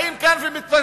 באים כאן ומתבכיינים.